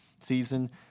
season